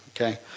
Okay